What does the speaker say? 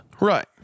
Right